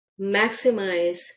maximize